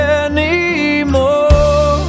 anymore